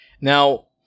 now